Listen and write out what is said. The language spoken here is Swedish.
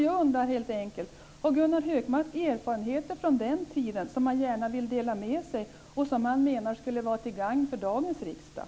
Jag undrar helt enkelt: Har Gunnar Hökmark erfarenheter från den tiden som han gärna vill dela med sig och som han menar skulle vara till gagn för dagens riksdag?